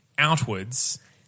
outwards